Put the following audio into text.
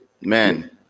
man